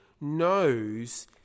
knows